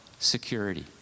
Security